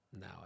now